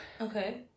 Okay